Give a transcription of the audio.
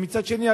ומצד שני,